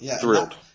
Thrilled